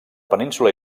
península